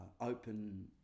open